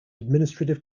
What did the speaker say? administrative